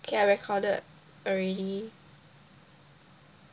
okay I recorded already